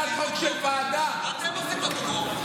הצעת חוק של ועדה, אתם עושים פה טרור.